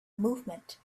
movement